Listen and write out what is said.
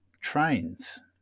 trains